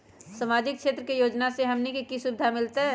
सामाजिक क्षेत्र के योजना से हमनी के की सुविधा मिलतै?